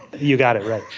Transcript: you got it right.